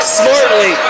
smartly